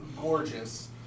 gorgeous